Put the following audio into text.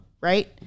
right